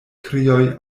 krioj